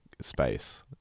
space